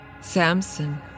Samson